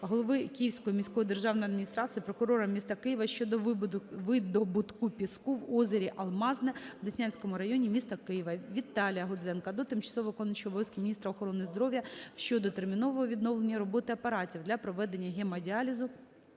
голови Київської міської державної адміністрації, прокурора міста Києва щодо видобутку піску в озері "Алмазне" в Деснянському районі міста Києва. Віталія Гудзенка до тимчасово виконуючої обов'язки міністра охорони здоров'я щодо термінового відновлення роботи апаратів для проведення гемодіалізу